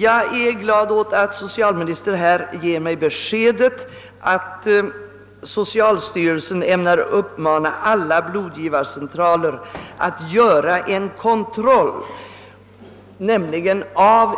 Jag är glad åt att socialministern ger mig beskedet, att socialstyrelsen ämnar uppmana alla blodgivarcentraler att göra en kontroll vid utfärdande av